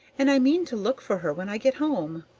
and i mean to look for her when i get home.